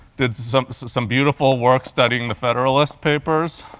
did some some beautiful work studying the federalist papers.